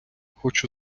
хочу